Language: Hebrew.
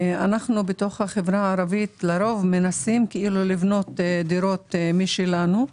אנחנו בחברה הערבית מנסים לבנות דירות משלנו,